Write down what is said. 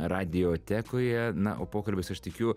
radiotekoje na o pokalbis aš tikiu